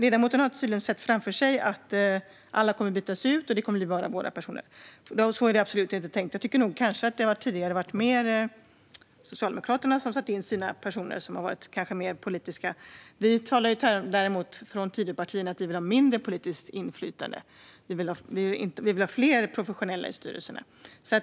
Ledamoten har tydligen sett framför sig att alla kommer att bytas ut och att det bara blir våra personer i styrelserna. Så är det absolut inte tänkt. Jag tycker nog att det tidigare snarare har varit Socialdemokraterna som har satt in sina personer, som även kanske har varit mer politiska. Vi i Tidöpartierna talar i stället i termer av mindre politiskt inflytande. Vi vill ha fler professionella i styrelserna.